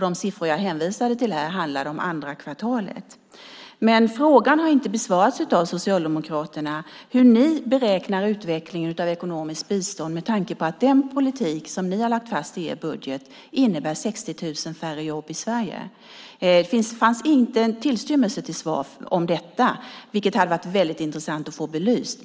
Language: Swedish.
De siffror jag hänvisade till handlade om andra kvartalet. Frågan har inte besvarats av Socialdemokraterna: Hur beräknar ni utvecklingen av ekonomiskt bistånd med tanke på att den politik som ni har lagt fast i er budget innebär 60 000 färre jobb i Sverige? Det fanns inte en tillstymmelse till svar om detta, vilket hade varit väldigt intressant att få belyst.